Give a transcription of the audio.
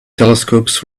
telescopes